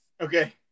Okay